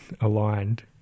aligned